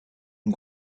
une